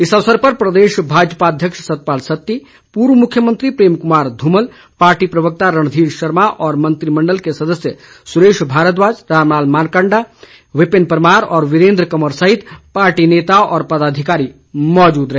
इस अवसर पर प्रदेश भाजपा अध्यक्ष सतपाल सत्ती पूर्व मुख्यमंत्री प्रेम कुमार ध्रमल पार्टी प्रवक्ता रणधीर शर्मा और मंत्रिमण्डल के सदस्य सुरेश भारद्वाज रामलाल मारकंडा विपिन परमार और वीरेन्द्र कंवर सहित पार्टी नेता व पदाधिकारी मौजूद रहे